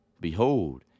Behold